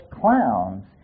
clowns